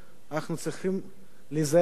אנחנו צריכים להיזהר מאוד